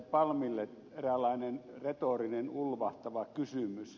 palmille eräänlainen retorinen ulvahtava kysymys